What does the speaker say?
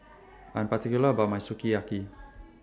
I'm particular about My Sukiyaki